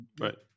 right